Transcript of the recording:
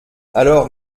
alors